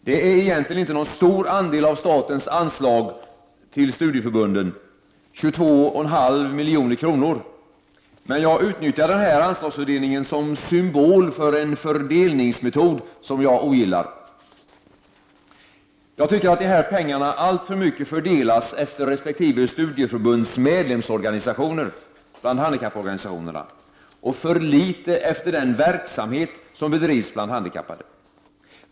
Det är egentligen inte någon stor andel av statens anslag till studieförbunden — 22,5 milj.kr. — men jag utnyttjar den här anslagsfördelningen som ”symbol” för en fördelningsmetod som jag ogillar. Jag tycker att de här pengarna alltför mycket fördelas efter resp. studieförbunds medlemsorganisationer bland handikapporganisationerna, och för litet efter den verksamhet som bedrivs bland handikappade.